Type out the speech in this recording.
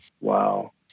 Wow